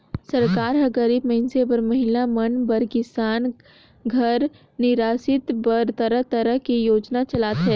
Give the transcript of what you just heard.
सरकार हर गरीब मइनसे बर, महिला मन बर, किसान घर निरासित बर तरह तरह के योजना चलाथे